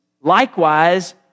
likewise